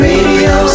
Radio